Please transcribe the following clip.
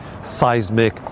seismic